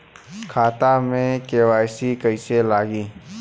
खाता में के.वाइ.सी कइसे लगी?